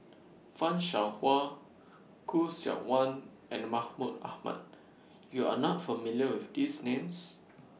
fan Shao Hua Khoo Seok Wan and Mahmud Ahmad YOU Are not familiar with These Names